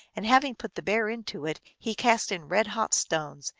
and having put the bear into it he cast in red-hot stones,